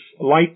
light